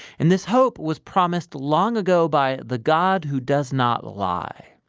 and this hope was promised long ago by the god who does not lie.